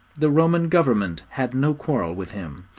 the roman government had no quarrel with him.